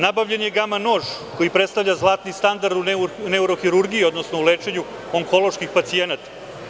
Nabavljen je gama nož koji predstavlja zlatni standard u neurohirurgiji, odnosno u lečenju onkoloških pacijenata.